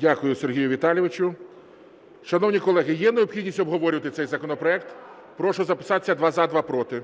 Дякую, Сергію Віталійовичу. Шановні колеги, є необхідність обговорювати цей законопроект? Прошу записатися: два – за, два – проти.